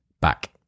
back